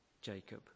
Jacob